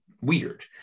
weird